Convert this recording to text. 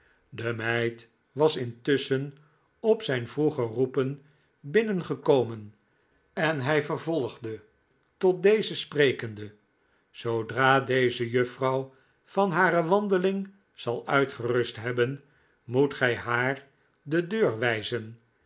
de meid was intusschen op zijn vroegcr roepen binnen gekomen en hij vervolgde tot deze sprekende zoodra deze juffrouw van hare wandeling zal uitgerust hebben moet gij haar de deur wijzen